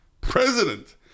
president